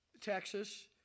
Texas